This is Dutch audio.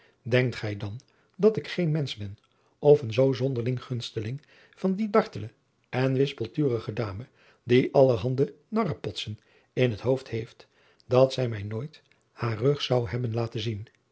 enkt gij dan dat ik geen mensch ben of een zoo zonderling gunsteling van die dartele en wispelturige ame die allerhande narrepotsen in het hoofd heeft dat zij mij nooit haar rug zou hebben laten zien